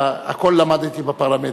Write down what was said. הכול למדתי בפרלמנט,